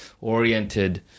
oriented